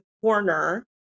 corner